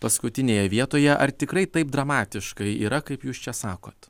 paskutinėje vietoje ar tikrai taip dramatiškai yra kaip jūs čia sakot